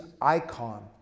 icon